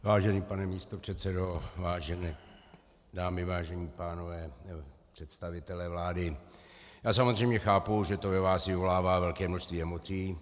Vážený pane místopředsedo, vážené dámy, vážení pánové, představitelé vlády, já samozřejmě chápu, že to ve vás vyvolává velké množství emocí.